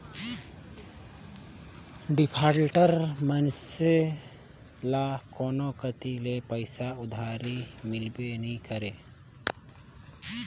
defaulter मइनसे ल कोनो कती ले पइसा उधारी मिलबे नी करे